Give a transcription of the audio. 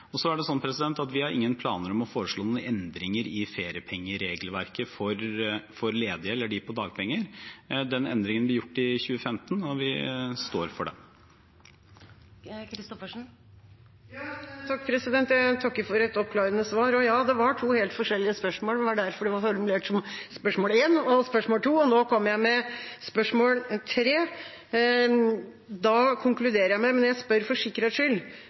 Vi har ingen planer om å foreslå noen endringer i feriepengeregelverket for ledige eller de på dagpenger. Den endringen ble gjort i 2015, og vi står for den. Jeg takker for et oppklarende svar. Ja, det var to helt forskjellige spørsmål. Det var derfor det var formulert som spørsmål 1 og spørsmål 2, og nå kommer jeg med spørsmål 3: Da konkluderer jeg med – men jeg spør for sikkerhets skyld